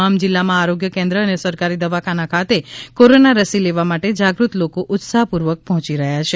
તમામ જિલ્લા માં આરોગ્ય કેન્દ્ર અને સરકારી દવાખાના ખાતે કોરોના રસી લેવા માટે જાગૃત લોકો ઉત્સાહપૂર્વક પહોંચી રહ્યા છે